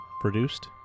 produced